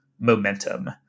momentum